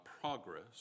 progress